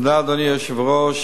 תודה, אדוני היושב-ראש,